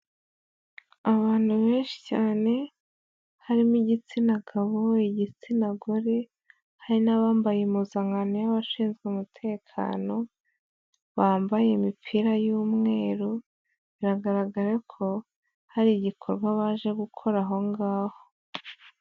Abantu benshi cyane, harimo igitsina gabo, igitsina gore, hari n'abambaye impuzankano y'abashinzwe umutekano, bambaye imipira y'umweru, biragaragara ko hari igikorwa baje gukora aho ngaho.